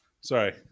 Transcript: Sorry